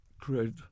create